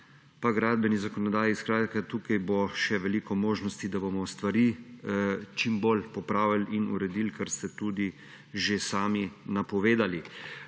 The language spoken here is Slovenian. pa gradbeni zakonodaji. Tukaj bo še veliko možnosti, da bomo stvari čim bolj popravili in uredili, kar ste tudi že sami napovedali.